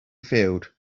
field